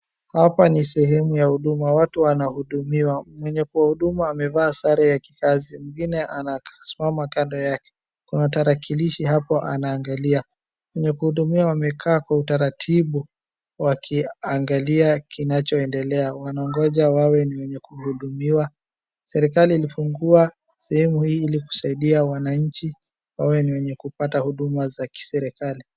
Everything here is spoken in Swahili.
Hapa ni sehemu ya huduma watu wanahudumiwa. Mwenye kuhudumu amevaa sare ya kikazi mwengine amesimama kando yake kuna tarakilishi hapo anaangalia. Mwenye kuhudumia amekaa kwa utaratibu akiangalia kinachoendelea wanangoja wale wa kuhudumia . Serikali ilifungua sehemu hii ili kusaidia wananchi wale wa kupata huduma za kiserikali.